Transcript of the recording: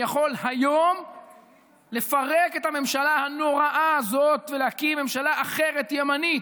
יכול היום לפרק את הממשלה הנוראה הזאת ולהקים ממשלה אחרת ימנית,